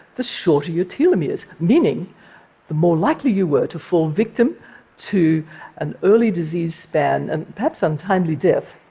the shorter your telomeres, meaning the more likely you were to fall victim to an early disease span and perhaps untimely death.